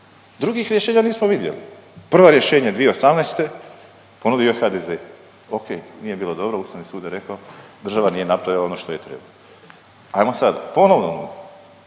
Drugih rješenja nismo vidjeli. Prva rješenja 2018. ponudio HDZ, ok nije bilo dobro Ustavni sud je rekao država nije napravila ono što je trebala. Ajmo sad ponovo,